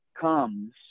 comes